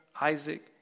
Isaac